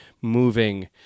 moving